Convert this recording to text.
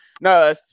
no